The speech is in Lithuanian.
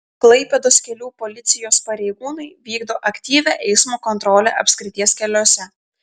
klaipėdos kelių policijos pareigūnai vykdo aktyvią eismo kontrolę apskrities keliuose